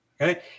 okay